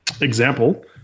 example